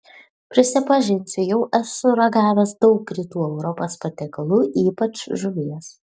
prisipažinsiu jau esu ragavęs daug rytų europos patiekalų ypač žuvies